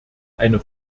eine